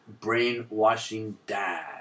brainwashingdad